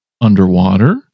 Underwater